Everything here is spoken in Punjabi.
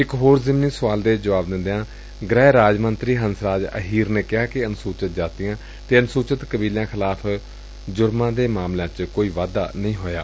ਇਕ ਹੋਰ ਜ਼ਿਮਨੀ ਸੁਆਲ ਦਾ ਜੁਆਬ ਦਿੰਦਿਆਂ ਗੁਹਿ ਰਾਜ ਮੰਤਰੀ ਹੰਸ ਰਾਜ ਅਹੀਰ ਨੇ ਕਿਹਾ ਕਿ ਅਨੁਸੁਚਿਤ ਜਾਤੀਆਂ ਅਤੇ ਅਨੁਸੁਚਿਤ ਕਬੀਲਿਆਂ ਖਿਲਾਫ਼ ਜੁਰਮਾਂ ਦੇ ਮਾਮਲਿਆਂ ਚ ਕੋਈ ਵਾਧਾ ਨਹੀ ਹੋਇਆ